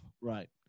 Right